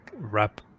wrap